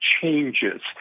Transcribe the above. changes